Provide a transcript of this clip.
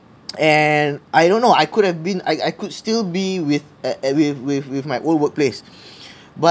and I don't know I could have been I I could still be with uh with with with my old workplace but